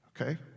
Okay